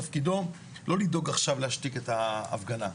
תפקידו לא לדאוג עכשיו להשתיק את ההפגנה.